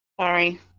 Sorry